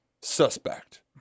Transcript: suspect